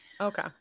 Okay